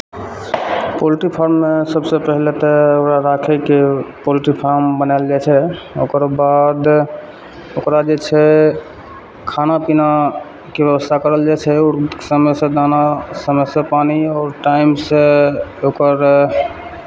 poultry फार्ममे सभसँ पहिले तऽ ओकरा राखयके पोल्ट्री फार्म बनायल जाइ छै ओकर बाद ओकरा जे छै खाना पीनाके व्यवस्था करल जाइ छै आओर समयसँ दाना समयसँ पानि आओर टाइमसँ ओकर